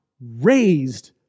raised